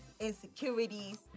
insecurities